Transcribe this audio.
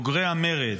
בוגרי המרד.